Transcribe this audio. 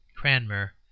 cranmer